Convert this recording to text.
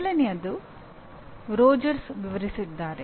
ಮೊದಲನೆಯದನ್ನು ರೋಜರ್ಸ್ ವಿವರಿಸಿದ್ದಾರೆ